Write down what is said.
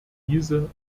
diese